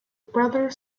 brother